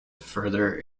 further